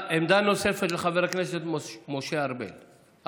לדיון במליאה, לדיון במליאה.